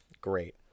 great